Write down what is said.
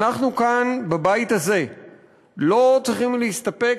אנחנו כאן בבית הזה לא צריכים להסתפק